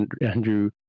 Andrew